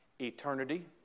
Eternity